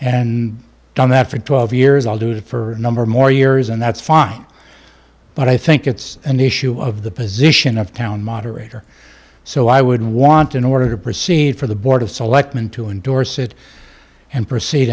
and done that for twelve years i'll do that for a number more years and that's fine but i think it's an issue of the position of town moderator so i would want in order to proceed for the board of selectmen to endorse it and proceed